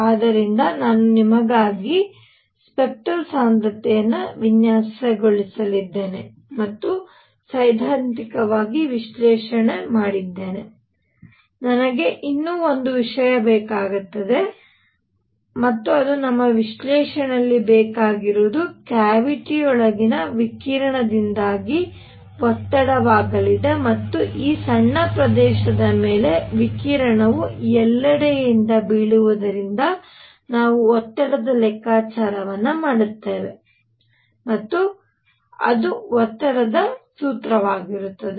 ಆದ್ದರಿಂದ ನಾನು ನಿಮಗಾಗಿ ಸ್ಪೆಕ್ಟರಲ್ ಸಾಂದ್ರತೆಯನ್ನು ವಿನ್ಯಾಸಗೊಳಿಸಿದ್ದೇನೆ ಮತ್ತು ಸೈದ್ಧಾಂತಿಕವಾಗಿ ವಿಶ್ಲೇಷಣೆ ಮಾಡಿದ್ದೇನೆ ನನಗೆ ಇನ್ನೂ ಒಂದು ವಿಷಯ ಬೇಕಾಗುತ್ತದೆ ಮತ್ತು ಅದು ನಮ್ಮ ವಿಶ್ಲೇಷಣೆಯಲ್ಲಿ ಬೇಕಾಗಿರುವುದು ಕ್ಯಾವಿಟಿಯೊಳಗಿನ ವಿಕಿರಣದಿಂದಾಗಿ ಒತ್ತಡವಾಗಲಿದೆ ಮತ್ತು ಈ ಸಣ್ಣ ಪ್ರದೇಶದ ಮೇಲೆ ವಿಕಿರಣವು ಎಲ್ಲೆಡೆಯಿಂದ ಬೀಳುವುದರಿಂದ ನಾವು ಒತ್ತಡದ ಲೆಕ್ಕಾಚಾರವನ್ನು ಮಾಡುತ್ತೇವೆ ಮತ್ತು ಅದು ಒತ್ತಡ ಸೂತ್ರವಾಗಿರುತ್ತದೆ